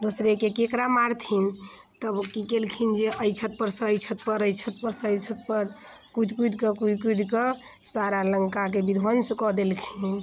दोसरेके ककरा मारथिन तब की केलखिन जे अइ छतपर सँ अइ छतपर अइ छतपर सँ अइ छतपर कुदि कुदि कऽ कुदि कुदि कऽ सारा लङ्काके विध्वंस कऽ देलखिन